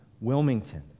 Wilmington